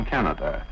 Canada